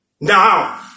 Now